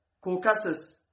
Caucasus